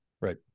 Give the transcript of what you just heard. Right